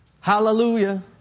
Hallelujah